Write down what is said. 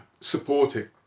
supporting